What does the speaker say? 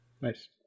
Nice